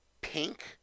pink